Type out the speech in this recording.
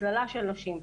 הסללה של נשים.